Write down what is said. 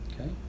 Okay